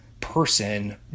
person